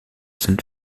sind